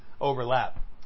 overlap